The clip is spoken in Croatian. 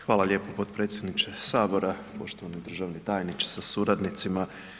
Hvala lijepo potpredsjedniče Sabora, poštovani državni tajniče sa suradnicima.